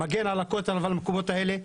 הוא מגן על הכותל ועל המקומות האלה.